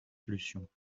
solution